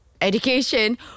education